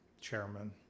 chairman